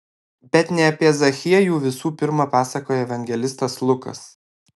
bet ne apie zachiejų visų pirma pasakoja evangelistas lukas